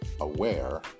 aware